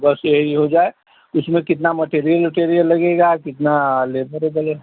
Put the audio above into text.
बस यही हो जाए उसमें कितना मटीरियल ओटीरियल लगेगा कितना लेबर ओबर